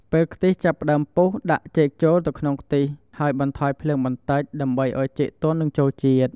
ពេលខ្ទិះចាប់ផ្ដើមពុះ ដាក់ចេកចូលទៅក្នុងខ្ទិះ ហើយបន្ថយភ្លើងបន្តិច ដើម្បីឱ្យចេកទន់និងចូលជាតិ។